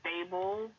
stable